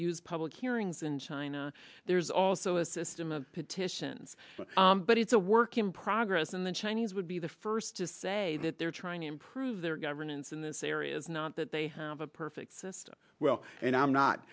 use public hearings in china there's also a system of petitions but it's a work in progress and the chinese would be the first to say that they're trying to improve their governance in this area is not that they have a perfect system well and i'm not